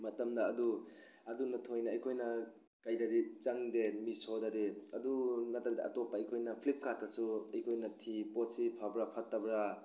ꯃꯇꯝꯅ ꯑꯗꯨ ꯑꯗꯨꯅ ꯊꯣꯏꯅ ꯑꯩꯈꯣꯏꯅ ꯀꯩꯗꯗꯤ ꯆꯪꯗꯦ ꯃꯤꯁꯣꯗꯗꯤ ꯑꯗꯨ ꯅꯠꯇꯕꯤꯗ ꯑꯇꯣꯞꯄ ꯑꯩꯈꯣꯏꯅ ꯐ꯭ꯂꯤꯞꯀꯥꯔꯠꯇꯁꯨ ꯑꯩꯈꯣꯏꯅ ꯊꯤ ꯄꯣꯠꯁꯤ ꯐꯕ꯭ꯔꯥ ꯐꯠꯇꯕ꯭ꯔꯥ